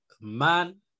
man